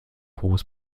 groß